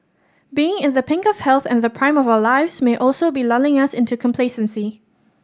being in the pink of health and the prime of our lives may also be lulling us into complacency